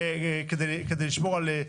כדי לשמור על מרחק.